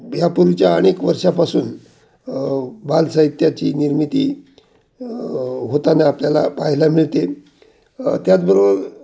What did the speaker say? ह्यापूर्वीच्या अनेक वर्षापासून बाल साहित्याची निर्मिती होताना आपल्याला पाहायला मिळते त्याचबरोबर